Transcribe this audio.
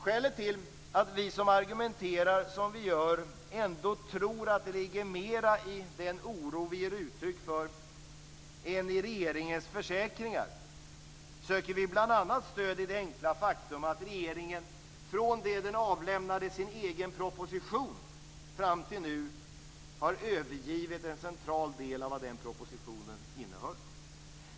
Skälet till att vi som argumenterar som vi gör ändå tror att det ligger mera i den oro vi ger uttryck för än i regeringens försäkringar söker bl.a. stöd i det enkla faktum att regeringen från det att den avlämnade sin egen proposition fram till nu har övergivit en central del av vad den propositionen innehöll.